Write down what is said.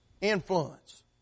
Influence